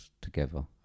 together